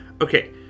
Okay